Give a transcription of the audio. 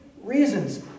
reasons